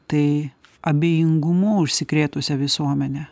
tai abejingumu užsikrėtusią visuomenę